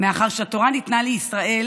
מאחר שהתורה ניתנה לישראל